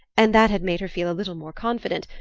and that had made her feel a little more confident,